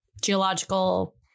geological